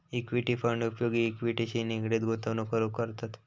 equity fund उपयोग इक्विटीशी निगडीत गुंतवणूक करूक करतत